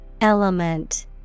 Element